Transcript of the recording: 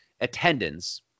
attendance –